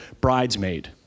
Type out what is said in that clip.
bridesmaid